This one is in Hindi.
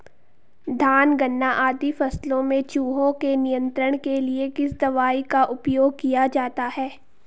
धान गन्ना आदि फसलों में चूहों के नियंत्रण के लिए किस दवाई का उपयोग किया जाता है?